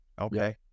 Okay